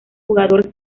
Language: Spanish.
jugador